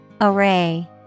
Array